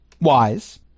Wise